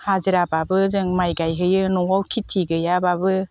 हाजिराबाबो जों माइ गायहैयो न'आव खेथि गैयाबाबो